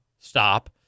Stop